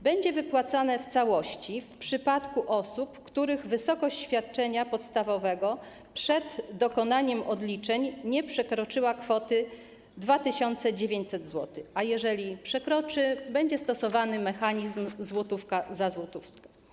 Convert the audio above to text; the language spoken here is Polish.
Będzie ono wypłacone w całości w przypadku osób, których wysokość świadczenia podstawowego przed dokonaniem odliczeń nie przekroczyła kwoty 2900 zł, a jeżeli przekroczy, będzie stosowany mechanizm złotówka za złotówkę.